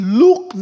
look